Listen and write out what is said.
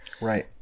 Right